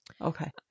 okay